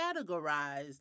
categorized